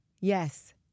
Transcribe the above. Yes